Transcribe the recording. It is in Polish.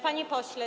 Panie Pośle!